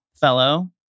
fellow